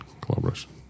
Collaboration